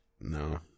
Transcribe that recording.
No